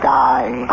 die